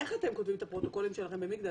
איך אתם כותבים את הפרוטוקולים שלכם במגדל?